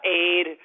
aid